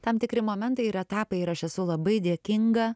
tam tikri momentai ir etapai ir aš esu labai dėkinga